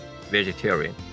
vegetarian